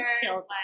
killed